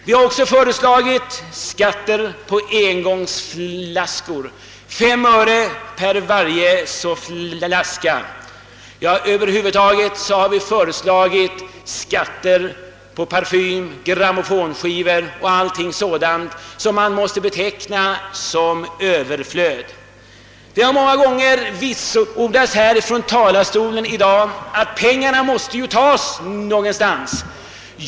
Vi har vidare föreslagit skatt på engångsflaskor, 5 öre för varje flaska. Och vi har föreslagit skatt på parfym, grammofonskivor och över huvud taget sådant som måste betecknas som överflöd. Från talarstolen har i dag många gånger vitsordats att pengarna någonstans måste tas.